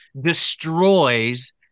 destroys